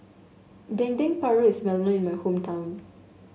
Dendeng Paru is well known in my hometown